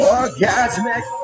Orgasmic